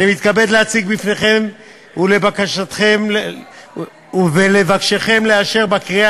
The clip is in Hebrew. אני מתכבד להציג בפניכם ולבקשכם לאשר בקריאה